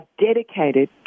dedicated